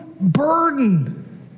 burden